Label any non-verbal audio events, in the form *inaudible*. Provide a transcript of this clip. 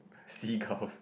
seagulls *laughs*